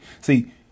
See